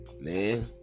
man